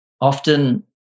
often